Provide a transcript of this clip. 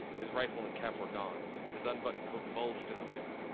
his rifle and cap were gone. his unbuttoned coat bulged in the wind.